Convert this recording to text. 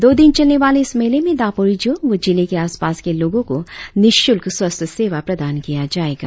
दो दिन चलने वाले इस मेले में दापोरिजो व जिले के आस पास के लोगों को निशुल्क स्वस्थ्य सेवा प्रदान किया जाएगा